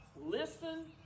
listen